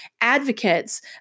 advocates